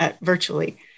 virtually